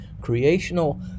creational